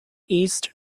east